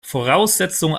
voraussetzung